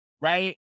right